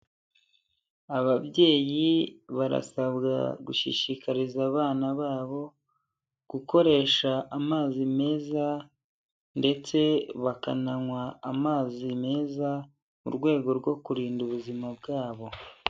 Ababyeyi barasabwa gushishikariza abana babo gukoresha amazi meza ndetse bakananywa amazi meza mu rwego rwo kurinda ubuzima bwabo.